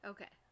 Okay